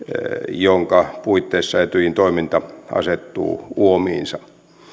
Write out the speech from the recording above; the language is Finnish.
jonka puitteissa etyjin toiminta asettuu uomiinsa